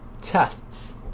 Tests